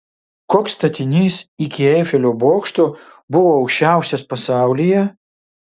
koks statinys iki eifelio bokšto buvo aukščiausias pasaulyje